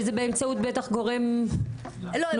שזה באמצעות בטח גורם נוסף,